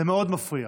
זה מאוד מפריע.